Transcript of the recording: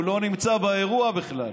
הוא לא נמצא באירוע בכלל.